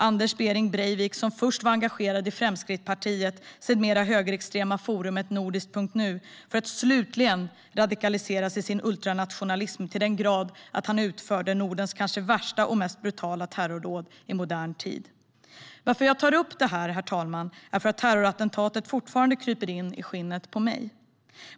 Anders Behring Breivik, som först var engagerad i Fremskrittspartiet och sedan i det mer högerextrema forumet Nordisk.nu blev slutligen radikaliserad i sin ultranationalism till den grad att han utförde Nordens kanske värsta och mest brutala terrordåd i modern tid. Varför jag tar upp det här, herr talman, är för att terrorattentatet fortfarande kryper in i skinnet på mig.